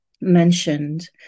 mentioned